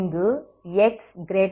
இங்கு x0மற்றும் t0